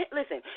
listen